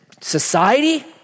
society